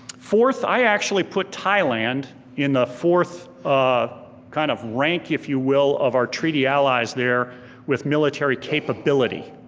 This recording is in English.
fourth, i actually put thailand in the fourth ah kind of rank, if you will, of our treaty allies there with military capability,